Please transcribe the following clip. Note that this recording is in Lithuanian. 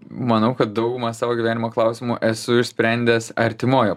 manau kad daugumą savo gyvenimo klausimų esu išsprendęs artimoj